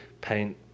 paint